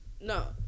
No